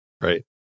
Right